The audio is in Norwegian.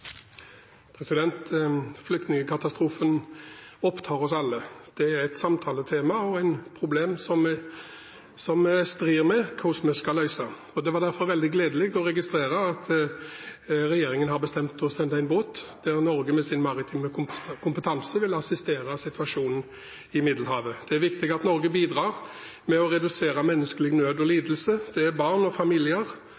et samtaletema og et problem som vi strir med med hensyn til hvordan det skal løses. Det var derfor veldig gledelig å registrere at regjeringen har bestemt å sende en båt, der Norge med sin maritime kompetanse vil assistere ved situasjonen i Middelhavet. Det er viktig at Norge bidrar med å redusere menneskelig nød og lidelse, det er barn og familier